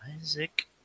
Isaac